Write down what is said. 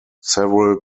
several